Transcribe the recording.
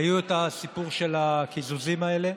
והיה הסיפור של הקיזוזים האלה.